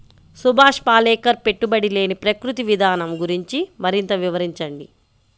సుభాష్ పాలేకర్ పెట్టుబడి లేని ప్రకృతి విధానం గురించి మరింత వివరించండి